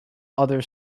other